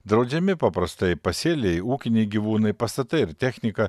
draudžiami paprastai pasėliai ūkiniai gyvūnai pastatai ir technika